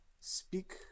Speak